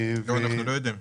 לא, אנחנו לא יודעים.